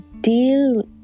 deal